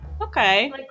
okay